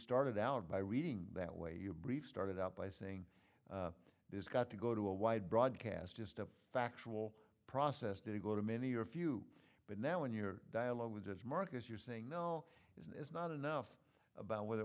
started out by reading that way your brief started out by saying there's got to go to a wide broadcast just a factual process to go to many or a few but now in your dialogue with those markers you're saying no it's not enough about whether it